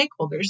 stakeholders